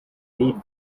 lead